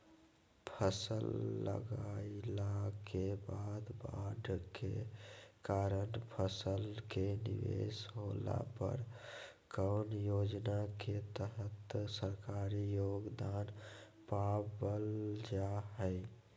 फसल लगाईला के बाद बाढ़ के कारण फसल के निवेस होला पर कौन योजना के तहत सरकारी योगदान पाबल जा हय?